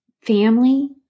family